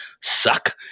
suck